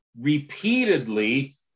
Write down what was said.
repeatedly